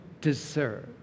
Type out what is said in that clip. deserve